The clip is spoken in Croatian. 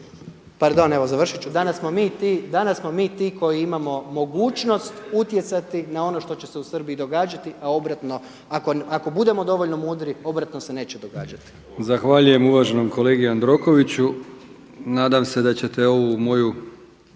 pardon evo završit ću, danas smo mi ti koji imamo mogućnost utjecati na ono što će se u Srbiji događati, a obratno ako budemo dovoljno mudri obratno se neće događati. **Brkić, Milijan (HDZ)** Zahvaljujem uvaženom kolegi Jandrokoviću. Nadam se da ćete ovu moju